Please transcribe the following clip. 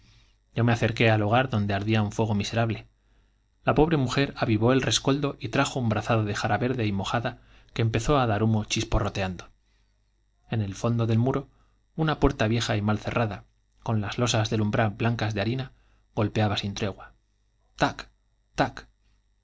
yo me acerqué al hogar donde iserable la avivó el rescoldo y fuego pobre mujer verde y mojada que empezó trajo un brazado de jara á dar humo chisporroteando en el fondo del muro una puerta vieja y mal cerrada con las losas del umbral blancas de harina golpeaba sin tregua i tac i tac la voz de